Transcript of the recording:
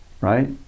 right